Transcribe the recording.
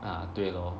ah 对 lor